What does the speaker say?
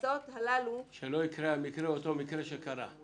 שלא יקרה אותו מקרה שקרה.